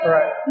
Right